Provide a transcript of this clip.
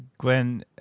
glen,